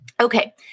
Okay